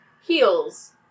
heels